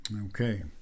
Okay